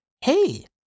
Hey